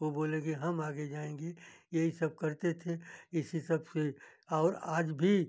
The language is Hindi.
वह बोलेंगे हम आगे जाएँगे यही सब करते थे इसी सब से और आज भी